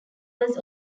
was